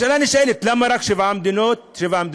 השאלה הנשאלת: למה רק שבע המדינות האלה?